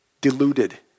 deluded